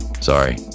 Sorry